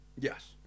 Yes